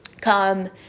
come